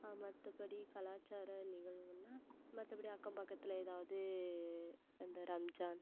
மற்றபடி கலாச்சார நிகழ்வுன்னால் மற்றபடி அக்கம் பக்கத்தில் ஏதாவது அந்த ரம்ஜான்